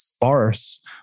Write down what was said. farce